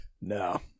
No